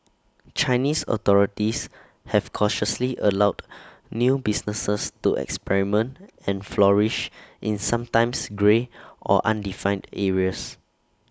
Chinese authorities have cautiously allowed new businesses to experiment and flourish in sometimes grey or undefined areas